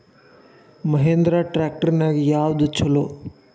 Mahindra tractor ನ್ಯಾಗ ಯಾವ್ದ ಛಲೋ?